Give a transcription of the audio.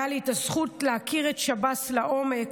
הייתה לי הזכות להכיר את שב"ס לעומק,